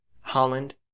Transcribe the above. Holland